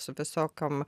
su visokiom